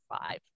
five